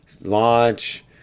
launch